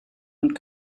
und